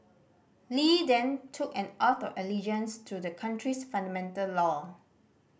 Li then took an oath of allegiance to the country's fundamental law